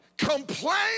complain